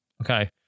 Okay